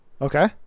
Okay